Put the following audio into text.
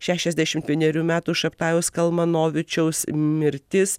šešiasdešimt vienerių metų šabtajaus kalmanovičiaus mirtis